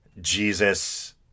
Jesus